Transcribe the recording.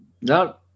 no